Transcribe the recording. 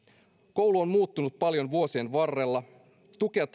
koulu on muuttunut paljon vuosien varrella tukea